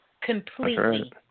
completely